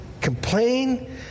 complain